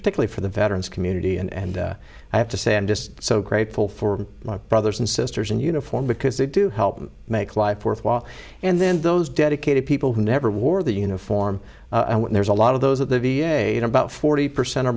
particularly for the veterans community and i have to say i'm just so grateful for my brothers and sisters in uniform because they do have make life worthwhile and then those dedicated people who never wore the uniform and there's a lot of those at the v a and about forty percent or